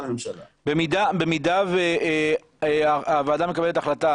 במידה והוועדה מקבלת החלטה,